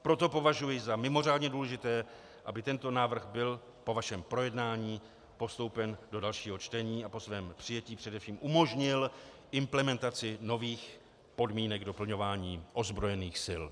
Proto považuji za mimořádně důležité, aby tento návrh byl po vašem projednání postoupen do dalšího čtení a po svém přijetí především umožnil implementaci nových podmínek doplňování ozbrojených sil.